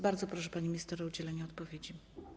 Bardzo proszę, pani minister, o udzielenie odpowiedzi.